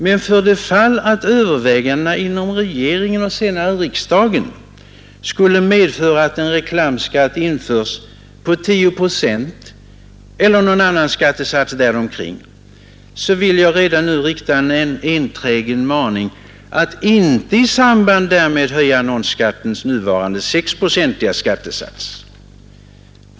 Men för det fall övervägandena i regeringen och senare i riksdagen skulle medföra att en reklamskatt införs, på 10 procent eller någon annan skattesats däromkring, vill jag redan nu rikta en enträgen maning att inte i samband därmed höja annonsskattens nuvarande sexprocentiga skattesats.